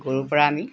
গৰুৰ পৰা আমি